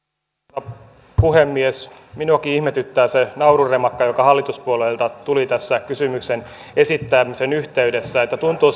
arvoisa puhemies minuakin ihmetyttää se naurunremakka joka hallituspuolueilta tuli tässä kysymyksen esittämisen yhteydessä tuntuu